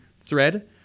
thread